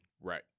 Right